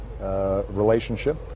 relationship